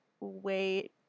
wait